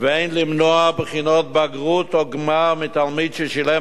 ואין למנוע בחינות בגרות או גמר מתלמיד ששילם